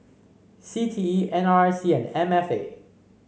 C T E N R I C and M F A